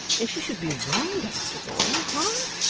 if she should be wronged after all, ha?